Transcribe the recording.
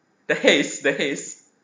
the haze the haze